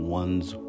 one's